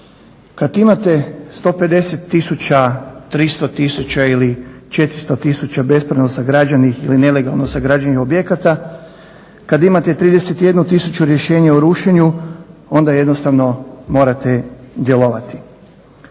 Kad imate 150 tisuća, 300 tisuća ili 400 tisuća bespravno sagrađenih ili nelegalno sagrađenih objekata, kad imate 31 tisuću rješenja o rušenju onda jednostavno morate djelovati.